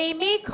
Amy